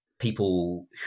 people